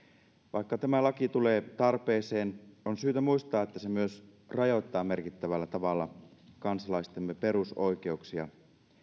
vaikka tämä laki tulee tarpeeseen on syytä muistaa että se myös rajoittaa merkittävällä tavalla kansalaistemme perusoikeuksia